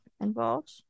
involved